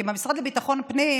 כי המשרד לביטחון פנים,